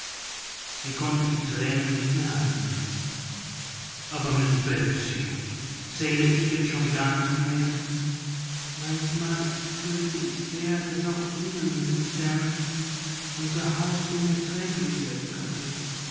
sie konnte die tränen nicht mehr halten aber miß betsy zähle ich denn schon gar nicht mehr manchmal fürchte ich sehr daß auch ihnen mr zen unser haus unerträglich werden könnte